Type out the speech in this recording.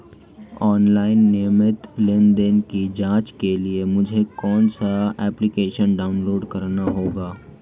Online नियमित लेनदेन की जांच के लिए मुझे कौनसा एप्लिकेशन डाउनलोड करना होगा?